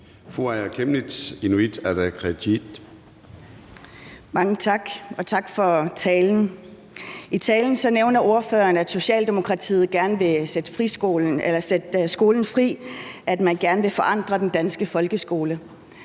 Mange tak, og tak for talen. I talen nævner ordføreren, at Socialdemokratiet gerne vil sætte skolen fri, og at man gerne vil forandre den danske folkeskole.